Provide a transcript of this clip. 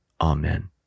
Amen